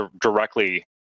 directly